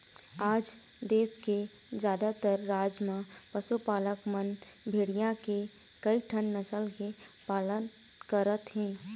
आज देश के जादातर राज म पशुपालक मन भेड़िया के कइठन नसल के पालन करत हे